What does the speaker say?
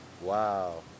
Wow